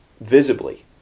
visibly